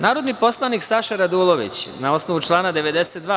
Narodni poslanik Saša Radulović, na osnovu člana 92.